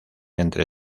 entre